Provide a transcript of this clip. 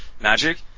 Magic